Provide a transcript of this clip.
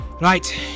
right